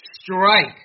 strike